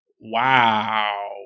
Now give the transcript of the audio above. wow